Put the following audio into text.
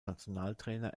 nationaltrainer